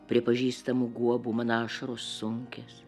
prie pažįstamų guobų mano ašaros sunkias